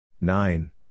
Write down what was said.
nine